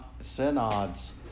synod's